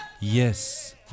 yes